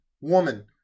Woman